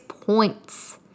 points